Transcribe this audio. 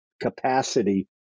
Capacity